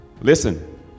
listen